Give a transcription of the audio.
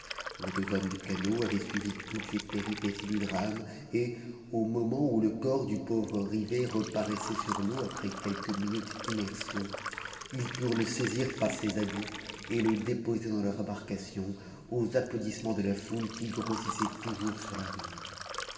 les deux hommes du canot avaient suivi toutes les péripéties du drame et au moment où le corps du pauvre rivet reparaissait sur l'eau après quelques minutes d'immersion ils purent le saisir par ses habits et le déposer dans leur embarcation aux applaudissements de la foule qui grossissait toujours sur la rive